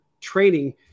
training